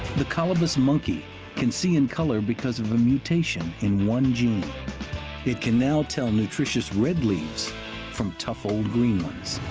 the colobus monkey can see in color because of a mutation in one gene it can now tell nutritious red leaves from tough old green ones.